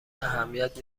اهمیت